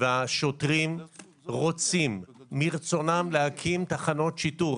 והשוטרים רוצים מרצונם להקים תחנות שיטור.